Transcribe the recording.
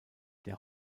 der